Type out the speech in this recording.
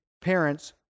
parents